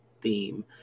theme